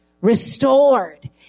restored